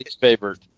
favorite